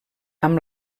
amb